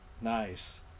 nice